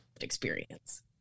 experience